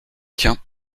tiens